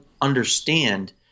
understand